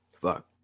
Fuck